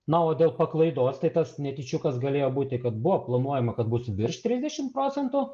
na o dėl paklaidos tai tas netyčiukas galėjo būti kad buvo planuojama kad bus virš trisdešim procentų